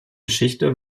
geschichte